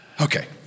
Okay